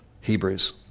Hebrews